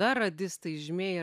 dar radistai žymieji